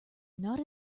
not